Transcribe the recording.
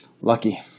Lucky